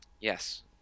yes